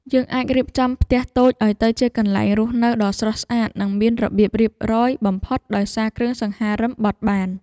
យើងអាចរៀបចំផ្ទះតូចឱ្យទៅជាកន្លែងរស់នៅដ៏ស្រស់ស្អាតនិងមានរបៀបរៀបរយបំផុតដោយសារគ្រឿងសង្ហារិមបត់បាន។